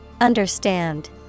Understand